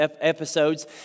episodes